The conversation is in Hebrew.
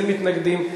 אין מתנגדים,